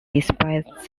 despite